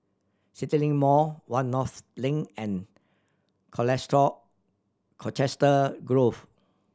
CityLink Mall One North Link and Colchester Grove